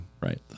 Right